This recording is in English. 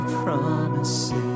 promises